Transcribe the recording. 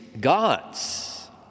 gods